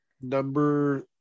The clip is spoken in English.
number